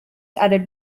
added